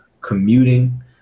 commuting